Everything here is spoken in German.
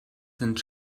sind